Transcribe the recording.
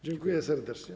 Dziękuję serdecznie.